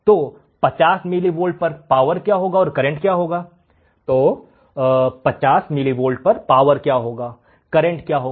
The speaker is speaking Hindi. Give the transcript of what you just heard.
तो 50 मिलिवोल्ट पर पावर क्या होगा करंट क्या होगा